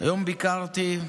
היום ביקרתי,